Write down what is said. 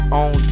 on